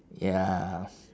ya